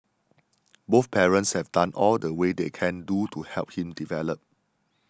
both parents have done all the way they can do to help him develop